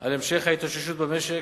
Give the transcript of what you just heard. על המשך ההתאוששות במשק.